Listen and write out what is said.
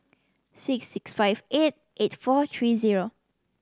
six six five eight eight four three zero